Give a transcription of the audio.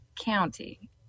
county